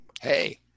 Hey